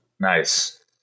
Nice